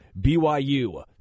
BYU